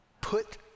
put